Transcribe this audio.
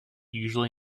usually